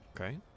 Okay